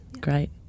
Great